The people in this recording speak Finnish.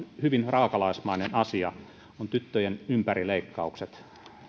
hyvin raakalaismainen asia on tyttöjen ympärileikkaukset